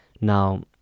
Now